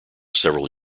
several